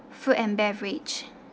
food and beverage